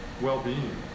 well-being